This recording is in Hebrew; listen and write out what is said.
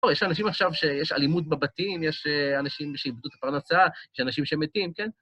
אוי, יש אנשים עכשיו שיש אלימות בבתים, יש אנשים שאיבדו את הפרנסה, יש אנשים שמתים, כן?